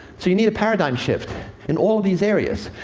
so you need a paradigm shift in all of these areas.